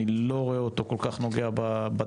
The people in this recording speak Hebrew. אני לא רואה אותו כל כך נוגע בדבר,